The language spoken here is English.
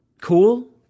cool